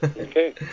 Okay